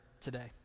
today